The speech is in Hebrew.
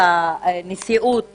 וגם לנשיאות